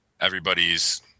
everybody's